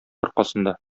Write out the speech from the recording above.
аркасында